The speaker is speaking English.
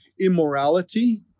immorality